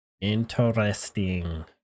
Interesting